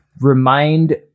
remind